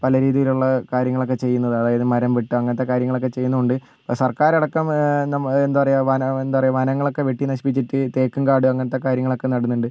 പലരീതിയിലുള്ള കാര്യങ്ങളൊക്കെ ചെയ്യുന്നത് അതായത് മരം വെട്ടുക അങ്ങനത്തെ കാര്യങ്ങളൊക്കെ ചെയ്യുന്നുണ്ട് സർക്കാരടക്കം എന്താ പറയാ വനങ്ങളൊക്കെ വെട്ടി നശിപ്പിച്ചിട്ട് തേക്കുംകാട് അങ്ങനത്തെ കാര്യങ്ങളൊക്കെ നടുന്നുണ്ട്